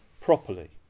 properly